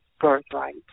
birthright